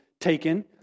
taken